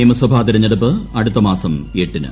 ഡൽഹി നിയമസഭാ തെരഞ്ഞെടുപ്പ് അട്ടൂത്ത്മാസം എട്ടിന്